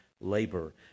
labor